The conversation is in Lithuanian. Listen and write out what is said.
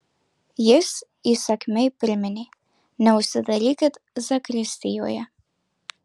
jis įsakmiai priminė neužsidarykit zakristijoje